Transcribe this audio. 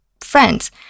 friends